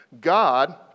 God